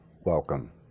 welcome